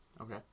Okay